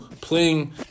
playing